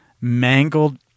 mangled